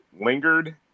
lingered